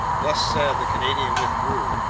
this said, the canadian withdrew,